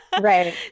right